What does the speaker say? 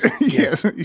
Yes